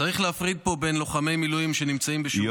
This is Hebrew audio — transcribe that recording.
צריך להפריד פה בין לוחמי מילואים שנמצאים בשירות מילואים,